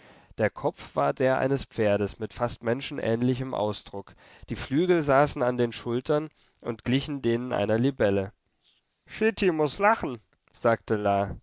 der kopf war der eines pferdes mit fast menschenähnlichem ausdruck die flügel saßen an den schultern und glichen denen einer libelle schti muß lachen sagte